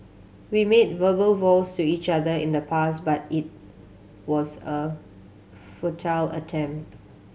we made verbal vows to each other in the past but it was a futile attempt